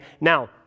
Now